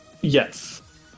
Yes